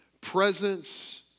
presence